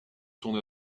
son